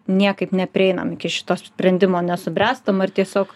niekaip neprieinam iki šito sprendimo nesubręstam ar tiesiog